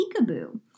peekaboo